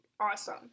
awesome